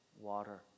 water